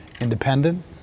independent